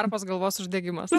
varpos galvos uždegimas